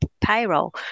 payroll